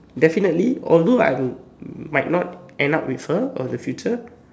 definitely although I would might not end up with her in the future